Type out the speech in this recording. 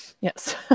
Yes